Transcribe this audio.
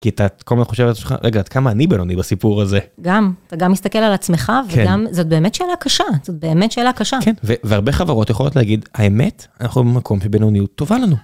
כי אתה כל הזמן חושב על עצמך, רגע, עד כמה אני בינוני בסיפור הזה. גם, אתה גם מסתכל על עצמך, וגם זאת באמת שאלה קשה, זאת באמת שאלה קשה. כן, והרבה חברות יכולות להגיד, האמת, אנחנו במקום שבינוניות טובה לנו.